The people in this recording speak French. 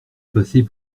passer